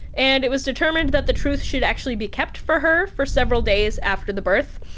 and it was determined that the truth should actually be kept for her for several days after the birth.